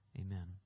Amen